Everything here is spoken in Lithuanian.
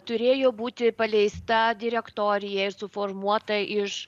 turėjo būti paleista direktorija suformuota iš